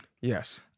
Yes